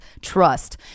trust